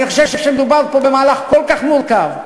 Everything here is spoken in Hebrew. אני חושב שמדובר פה במהלך כל כך מורכב.